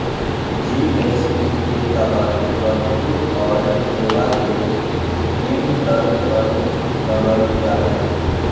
GST के तहत वस्तु और सेवा के निम्न दर पर लगल जा हइ